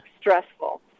stressful